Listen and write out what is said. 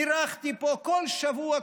אירחתי פה כל שבוע,